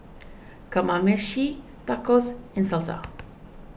Kamameshi Tacos and Salsa